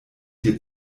dir